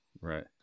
Right